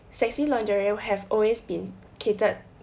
sexy lingerie have always been catered